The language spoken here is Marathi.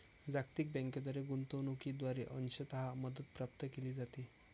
जागतिक बँकेद्वारे गुंतवणूकीद्वारे अंशतः मदत प्राप्त केली जाते